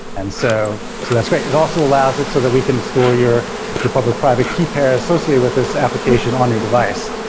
and so so that's great. it also allows it, so that we can store your your public private key pair associated with this application on your device.